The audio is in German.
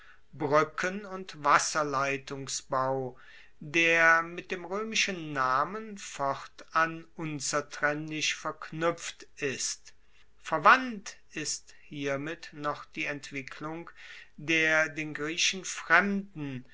bruecken und wasserleitungsbau der mit dem roemischen namen fortan unzertrennlich verknuepft ist verwandt ist hiermit noch die entwicklung der den griechen fremden